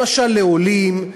למשל לעולים,